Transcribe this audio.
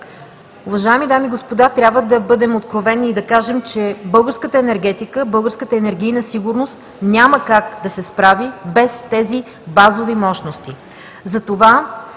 Уважаеми дами и господа, трябва да бъдем откровени и да кажем, че българската енергетика, българската енергийна сигурност няма как да се справи без тези базови мощности.